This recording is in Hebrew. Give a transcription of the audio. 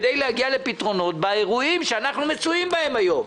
כדי להגיע לפתרונות באירועים שאנחנו מצויים בהם היום.